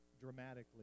dramatically